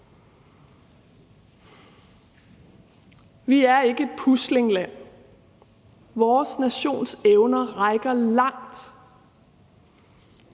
Vi er ikke et pusling-land. Vores nations evner rækker langt.